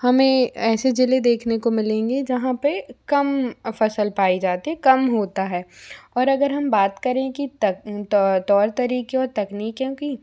हमें ऐसे जिले देखने को मिलेंगे जहाँ पे कम फसल पाई जाती है कम होता है और अगर हम बात करें कि तक तौर तरीके और तकनीकियों की